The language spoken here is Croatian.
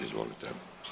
Izvolite.